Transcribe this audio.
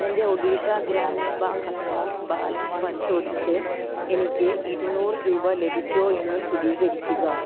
എൻ്റെ Odisha Gramya bank account balance പരിശോധിച്ച് എനിക്ക് ഇരുനൂറ് രൂപ ലഭിച്ചോ എന്ന് സ്ഥിതീകരിക്കുക